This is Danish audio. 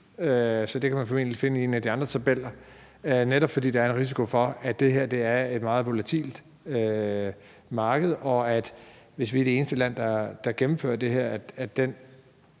Det kan man formentlig finde i en af de andre tabeller. Og det er netop, fordi der er en risiko for, at det her er et meget volatilt marked, og at hvis vi er det eneste land, der gennemfører det her, så vil